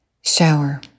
Shower